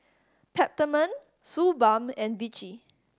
Peptamen Suu Balm and Vichy